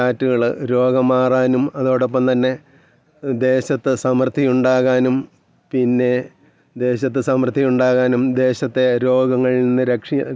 അപ്പോൾ അങ്ങനെ അത് പിന്നത് ഞാനിങ്ങനെ അവളോടിങ്ങനെ പറഞ്ഞു ആ എനിക്കും തോന്നി അപ്പോഴത്തേനും അവളവൾക്ക് തോന്നിയ കാര്യം എന്നോട് പറഞ്ഞു